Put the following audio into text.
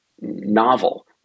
novel